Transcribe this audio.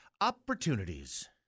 opportunities